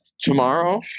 tomorrow